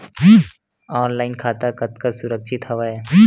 Online खाता कतका सुरक्षित हवय?